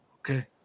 Okay